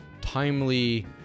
timely